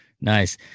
Nice